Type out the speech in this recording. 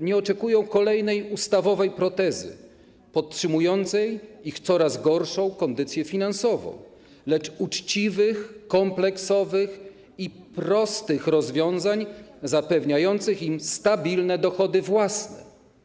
nie oczekują kolejnej ustawowej protezy podtrzymującej ich coraz gorszą kondycję finansową, lecz uczciwych, kompleksowych i prostych rozwiązań zapewniających im stabilne dochody własne.